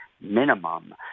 minimum